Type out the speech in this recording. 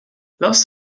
thus